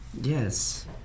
Yes